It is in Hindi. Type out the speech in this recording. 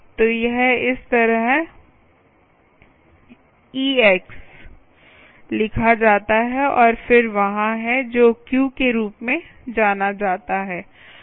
तो यह इस तरह इएक्स लिखा जाता है और फिर वहाँ हैं जो क्यू के रूप में जाना जाता है